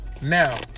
Now